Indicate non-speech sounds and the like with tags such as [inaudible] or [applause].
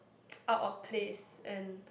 [noise] out of place and